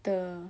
the